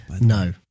No